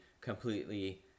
completely